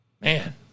man